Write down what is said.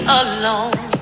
alone